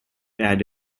add